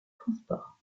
transports